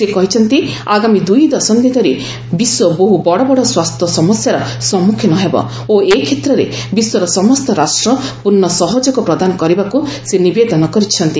ସେ କହିଛନ୍ତି ଆଗାମୀ ଦୁଇ ଦଶନ୍ଧି ଧରି ବିଶ୍ୱ ବହୁ ବଡ଼ବଡ଼ ସ୍ୱାସ୍ଥ୍ୟ ସମସ୍ୟାର ସମ୍ମୁଖୀନ ହେବ ଓ ଏ କ୍ଷେତ୍ରରେ ବିଶ୍ୱର ସମସ୍ତ ରାଷ୍ଟ୍ର ପୂର୍୍ଣ୍ଣ ସହଯୋଗ ପ୍ରଦାନ କରିବାକୁ ସେ ନିବେଦନ କରିଛନ୍ତି